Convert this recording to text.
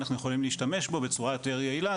אנחנו יכולים להשתמש בו בצורה יותר יעילה,